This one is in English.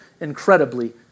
incredibly